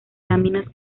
láminas